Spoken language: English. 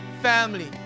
Family